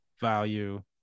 value